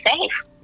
safe